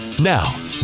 Now